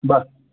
बरं